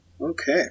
Okay